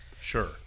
Sure